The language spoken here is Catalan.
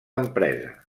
empresa